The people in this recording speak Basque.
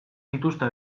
dituzte